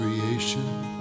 creation